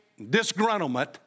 disgruntlement